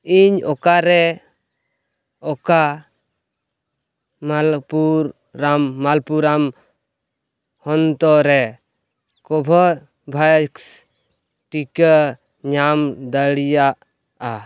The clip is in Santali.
ᱤᱧ ᱚᱠᱟᱨᱮ ᱚᱠᱟ ᱢᱟᱞᱯᱩᱨ ᱨᱟᱢ ᱢᱟᱞᱯᱩᱨᱟᱢ ᱦᱚᱱᱛᱚ ᱨᱮ ᱠᱚᱵᱷᱳᱵᱷᱮᱠᱥ ᱴᱤᱠᱟᱹ ᱧᱟᱢ ᱫᱟᱲᱤᱭᱟᱜᱼᱟ